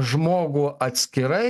žmogų atskirai